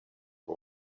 for